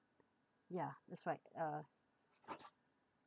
ya that's right uh